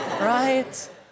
right